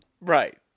Right